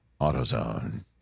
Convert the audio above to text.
AutoZone